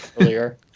earlier